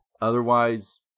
Otherwise